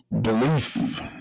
belief